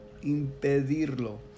impedirlo